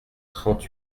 trente